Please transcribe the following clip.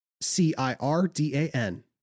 C-I-R-D-A-N